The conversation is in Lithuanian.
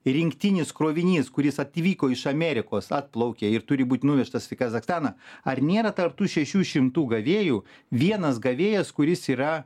rinktinis krovinys kuris atvyko iš amerikos atplaukė ir turi būt nuvežtas į kazachstaną ar nėra tarp tų šešių šimtų gavėjų vienas gavėjas kuris yra